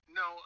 no